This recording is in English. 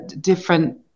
different